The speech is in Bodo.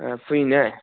फुयो ना